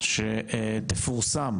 שתפורסם